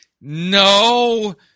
no